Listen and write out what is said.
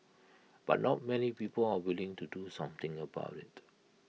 but not many people are willing to do something about IT